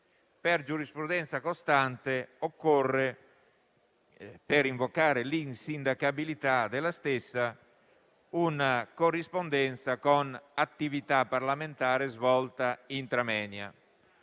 per giurisprudenza costante occorre, per invocare l'insindacabilità della stessa, una corrispondenza con attività parlamentare svolta *intra moenia*.